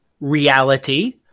reality